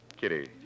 Kitty